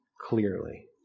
clearly